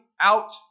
out